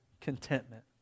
contentment